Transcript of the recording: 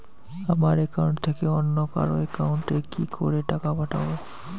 আমার একাউন্ট থেকে অন্য কারো একাউন্ট এ কি করে টাকা পাঠাবো?